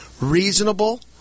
reasonable